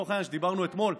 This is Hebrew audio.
לצורך העניין, שדיברנו אתמול.